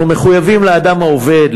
אנחנו מחויבים לאדם העובד,